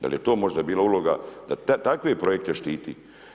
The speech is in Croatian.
Da li je to možda bila uloga da takve projekte štiti?